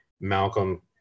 Malcolm